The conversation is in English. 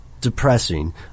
depressing